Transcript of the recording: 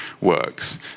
works